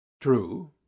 true